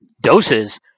doses